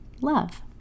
love